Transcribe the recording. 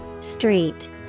Street